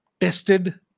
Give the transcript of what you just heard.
tested